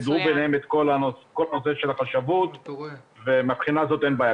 סידרו ביניהם את כל הנושא של החשבות ומבחינה זאת אין בעיה,